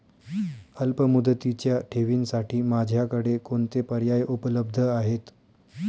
अल्पमुदतीच्या ठेवींसाठी माझ्याकडे कोणते पर्याय उपलब्ध आहेत?